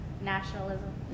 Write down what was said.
nationalism